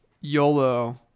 YOLO